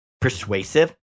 persuasive